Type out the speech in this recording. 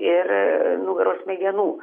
ir nugaros smegenų